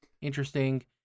interesting